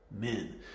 men